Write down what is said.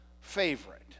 favorite